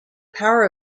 power